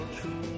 true